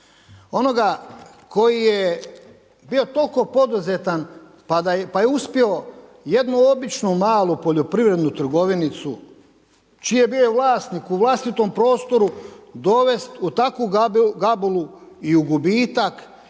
Onoga koji je bio toliko poduzetan pa je uspio jednu običnu malu poljoprivrednu trgovinicu čiji je bio vlasnik u vlastitom prostoru dovest u takvu gabulu i u gubitak